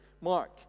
Mark